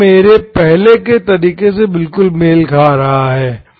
यह मेरे पहले के तरीके से बिल्कुल मेल खा रहा है